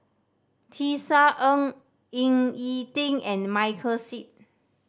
Tisa Ng Ying E Ding and Michael Seet